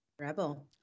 Rebel